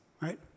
right